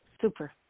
super